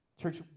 Church